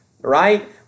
right